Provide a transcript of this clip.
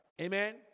Amen